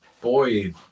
boy